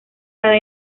cada